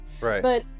Right